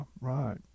right